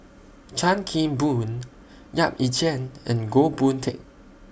Chan Kim Boon Yap Ee Chian and Goh Boon Teck